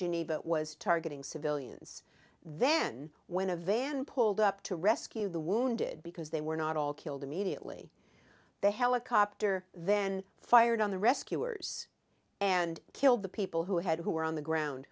geneva was targeting civilians then when a van pulled up to rescue the wounded because they were not all killed immediately the helicopter then fired on the rescuers and killed the people who had who were on the ground